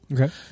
Okay